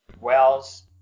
wells